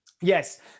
Yes